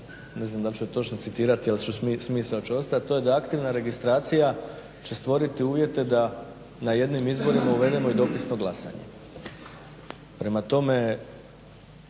ne znam dal ću je točno citirati ali smisao će ostat, to je da aktivna registracija će stvoriti uvjete da na jednim izborima uvedemo i dopisno glasanje. Prema tome,